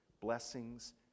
blessings